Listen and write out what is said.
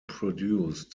produced